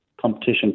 competition